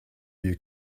you